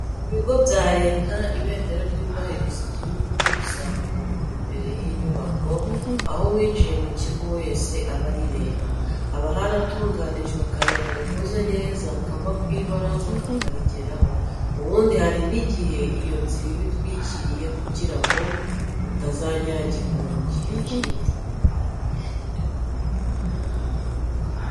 Mu bigo bya Leta, ibendera ryubahiriza ighugu rizamurwa imbere y'inyubako, aho uwinjiye mu kigo wese aba arireba, haba haratunganijwe akayira gakoze neza, kava ku ibaraza kakarigeraho; ubundi hari n'igihe iyo nzira iba itwikiriye kugira ngo mutazanyagirwa mu gihe cy'imvura.